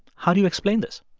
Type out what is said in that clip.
how do you explain this?